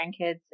grandkids